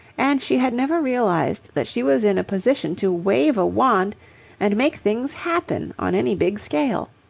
and she had never realized that she was in a position to wave a wand and make things happen on any big scale.